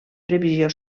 previsió